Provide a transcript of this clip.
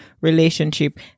relationship